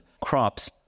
crops